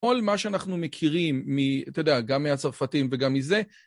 כל מה שאנחנו מכירים, אתה יודע, גם מהצרפתים וגם מזה,